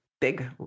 big